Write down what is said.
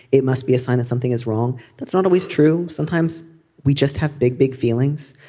it must be a sign that something is wrong. that's not always true. sometimes we just have big, big feelings.